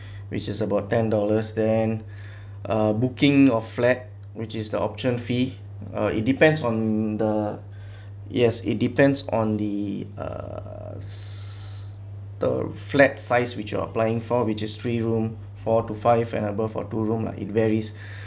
which is about ten dollars then uh booking of flat which is the option fee uh it depends on the yes it depends on the uh s~ the flat size which you're applying for which is three room four to five and above for two room lah it varies